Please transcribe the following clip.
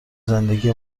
زندگی